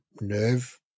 nerve